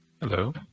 hello